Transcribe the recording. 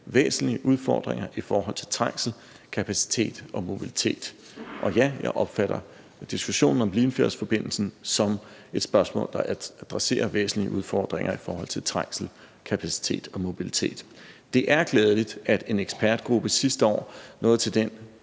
væsentlige udfordringer i forhold til trængsel, kapacitet og mobilitet. Og ja, jeg opfatter diskussionen om Limfjordsforbindelsen som et spørgsmål, der adresserer væsentlige udfordringer i forhold til trængsel, kapacitet og mobilitet. Det er glædeligt, at en ekspertgruppe sidste år nåede til den